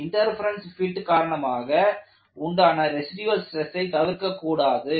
interference fit காரணமாக உண்டான residual ஸ்ட்ரெஸை தவிர்க்கக் கூடாது